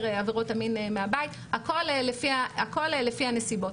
עבירות המין מהבית - הכול לפי הנסיבות.